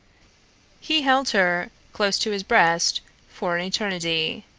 he held her close to his breast for an eternity,